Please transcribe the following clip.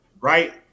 right